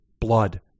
Blood